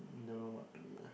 don't know what to eat ah